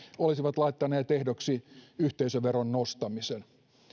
olisivat laittaneet ehdoksi yhteisöveron nostamisen